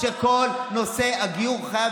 היום הקראתי כאן מכתב של כל רבני הציונות הדתית,